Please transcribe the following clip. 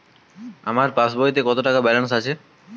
আমার পাসবইতে কত টাকা ব্যালান্স আছে?